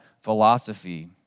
philosophy